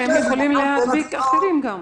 הם יכולים גם להדביק אחרים.